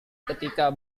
ketika